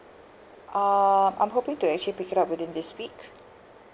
um I'm hoping to actually pick it up within this week